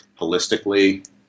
holistically